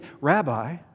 Rabbi